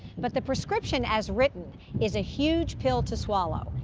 but the prescription as written is a huge pill to swallow,